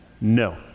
No